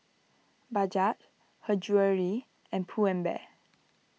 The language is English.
Bajaj Her Jewellery and Pull and Bear